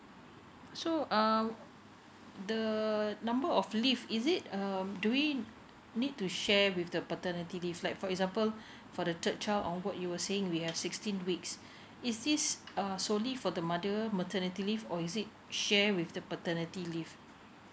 so um the number of leave is it um do we need to share with the paternity leave like for example for the third child onwards you were saying we have sixteen weeks is this uh solely for the mother maternity leave or is it share with the paternity leave